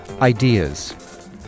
ideas